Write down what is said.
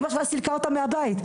אמא סילקה אותה מהבית.